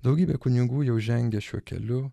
daugybė kunigų jau žengia šiuo keliu